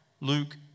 Luke